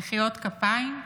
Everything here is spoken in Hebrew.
מחיאות כפיים?